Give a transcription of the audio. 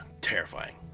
terrifying